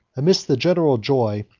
amidst the general joy,